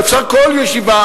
אפשר כל ישיבה,